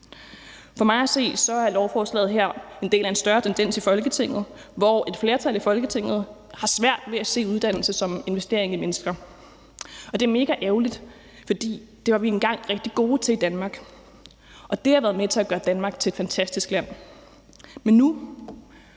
For mig at se er lovforslaget her en del af en større tendens i Folketinget, hvor et flertal i Folketinget har svært ved at se uddannelse som investering i mennesker. Det er megaærgerligt, for det var vi engang rigtig gode til i Danmark, og det har været med til at gøre Danmark til et fantastisk land. Men nu